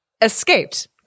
escaped